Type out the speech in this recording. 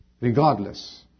Regardless